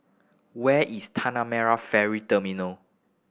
where is Tanah Merah Ferry Terminal